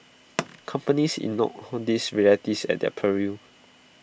companies ignore whom these realities at their peril